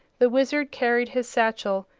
the wizard carried his satchel,